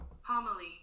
Homily